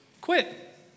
quit